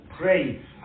pray